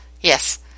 Yes